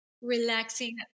relaxing